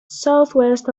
southwest